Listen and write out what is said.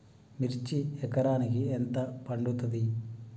మిర్చి ఎకరానికి ఎంత పండుతది?